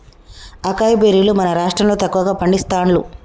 acai బెర్రీలు మన రాష్టం లో తక్కువ పండిస్తాండ్లు